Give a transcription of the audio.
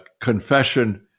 confession